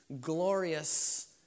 glorious